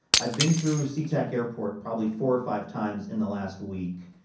i've been through sea-tac airport probably four or five times in the last week.